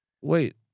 Wait